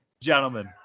Gentlemen